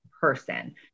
person